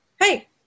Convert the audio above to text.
hey